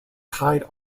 tied